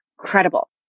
incredible